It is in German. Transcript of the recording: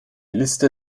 liste